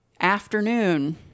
afternoon